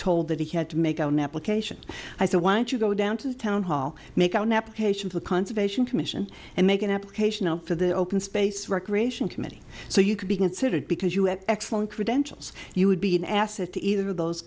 told that he had to make an application i said why don't you go down to the town hall make an application for the conservation commission and make an application for the open space recreation committee so you could be considered because you have excellent credentials you would be an asset to either of those